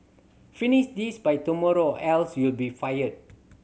finish this by tomorrow else you'll be fired